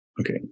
Okay